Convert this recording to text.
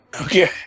Okay